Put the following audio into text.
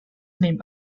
named